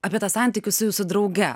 apie tą santykį su jūsų drauge